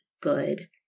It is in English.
good